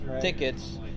tickets